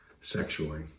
sexually